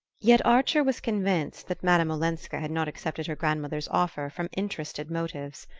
yet archer was convinced that madame olenska had not accepted her grandmother's offer from interested motives.